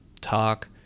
talk